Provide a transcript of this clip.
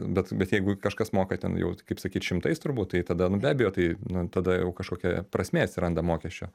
bet bet jeigu kažkas moka ten jau kaip sakyt šimtais turbūt tai tada nu be abejo tai nu tada jau kažkokia prasmė atsiranda mokesčio